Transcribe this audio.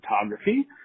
Photography